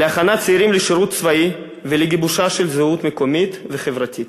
להכנת צעירים לשירות צבאי ולגיבושה של זהות מקומית וחברתית.